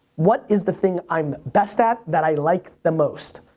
what is the thing i'm best at that i like the most